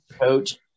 coach